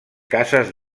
cases